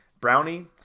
brownie